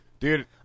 Dude